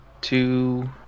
two